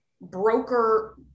broker